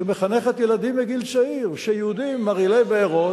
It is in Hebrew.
שמחנכת ילדים בגיל צעיר, שיהודים מרעילי בארות,